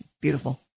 Beautiful